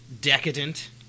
Decadent